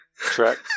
track